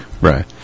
Right